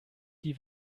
die